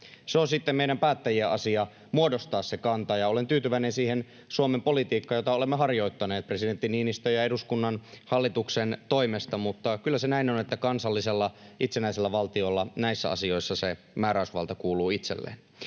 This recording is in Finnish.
On sitten meidän päättäjien asia muodostaa se kanta, ja olen tyytyväinen siihen Suomen politiikkaan, jota olemme harjoittaneet presidentti Niinistön ja hallituksen toimesta. Kyllä se näin on, että kansallisella itsenäisellä valtiolla näissä asioissa se määräysvalta kuuluu itselle.